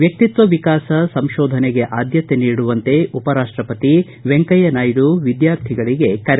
ವ್ಯಕ್ತಿತ್ವ ವಿಕಾಸ ಸಂಶೋಧನೆಗೆ ಆದ್ದತೆ ನೀಡುವಂತೆ ಉಪರಾಷ್ಷಪತಿ ವೆಂಕಯ್ಯನಾಯ್ದು ವಿದ್ಯಾರ್ಥಿಗಳಗೆ ಕರೆ